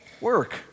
Work